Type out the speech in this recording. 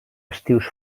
estius